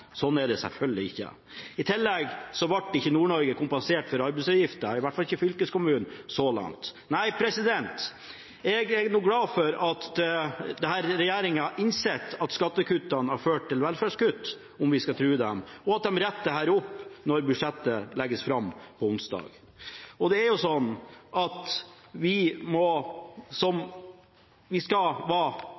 Sånn er det selvfølgelig ikke. I tillegg ble ikke Nord-Norge kompensert for arbeidsgiveravgiften, i hvert fall ikke fylkeskommunene – så langt. Jeg er glad for at denne regjeringen har innsett at skattekuttene har ført til velferdskutt, om vi skal tro på dem, og at de retter opp dette når budsjettet legges fram på onsdag. Vi skal